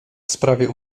sprawie